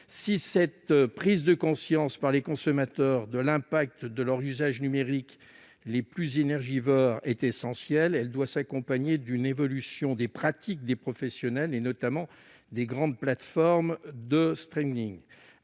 Si cette prise de conscience par les consommateurs de l'impact de leurs usages numériques les plus énergivores est essentielle, elle doit s'accompagner d'une évolution des pratiques des professionnels, notamment des grandes plateformes de.